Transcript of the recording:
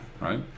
right